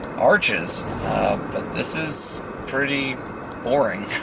arches but this is pretty boring.